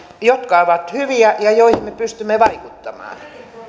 jotka ovat hyviä ja joihin me pystymme vaikuttamaan